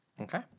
Okay